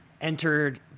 entered